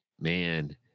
Man